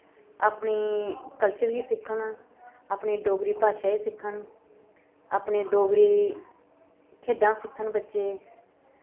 अपने कल्चर गी सिक्खन अपनी डोगरी भाशा गी सिक्खन अपनी डोगरी खेढां सिक्खन बच्चे